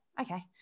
okay